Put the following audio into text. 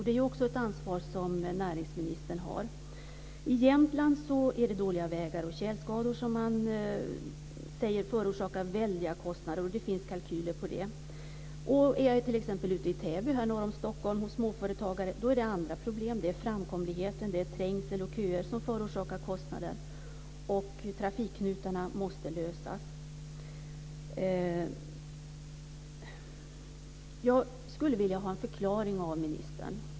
Det är också ett ansvar som ligger på näringsministern. I Jämtland är det dåliga vägar och tjälskador som förorsakar väldiga kostnader, och det finns kalkyler på det. I t.ex. Täby norr om Stockholm finns det andra problem. Det gäller framkomligheten. Trängsel och köer förorsakar kostnader. Trafikknutarna måste lösas. Jag skulle vilja ha en förklaring av ministern.